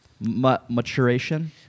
maturation